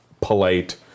polite